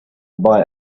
buy